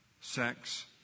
Sex